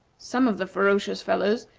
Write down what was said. some of the ferocious fellows,